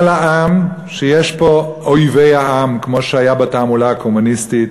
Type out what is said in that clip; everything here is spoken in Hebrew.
לעם שיש פה אויבי העם כמו שהיה בתעמולה הקומוניסטית,